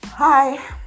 Hi